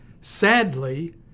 Sadly